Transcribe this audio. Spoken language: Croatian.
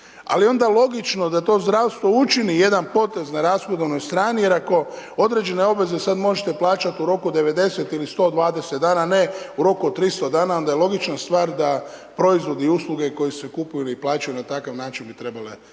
Ali onda logično da to zdravstvo učini jedan potez na rashodovnoj strani jer ako određene obveze sad možete plaćati u roku od 90 ili 120 dana ne u roku od 300 dana, onda je logična stvar da proizvodi i usluge koje se kupuju ili plaćaju na takav način bi trebale